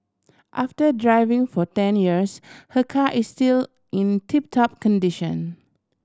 after driving for ten years her car is still in tip top condition